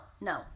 no